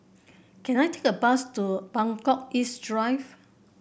can I take a bus to Buangkok East Drive